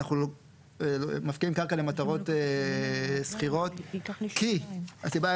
אנחנו מפקיעים קרקע למטרות סחירות כי הסיבה,